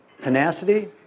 tenacity